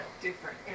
Different